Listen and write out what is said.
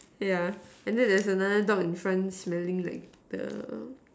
yeah and then there's another dog in front smelling like the